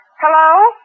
Hello